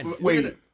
Wait